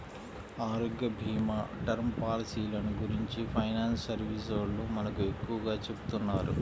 ఆరోగ్యభీమా, టర్మ్ పాలసీలను గురించి ఫైనాన్స్ సర్వీసోల్లు మనకు ఎక్కువగా చెబుతున్నారు